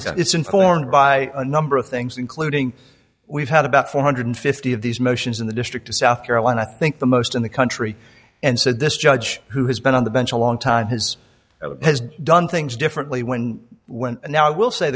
honor it's informed by a number of things including we've had about four hundred and fifty of these motions in the district of south carolina i think the most in the country and said this judge who has been on the bench a long time has done things differently when when and now i will say